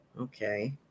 Okay